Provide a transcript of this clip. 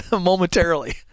momentarily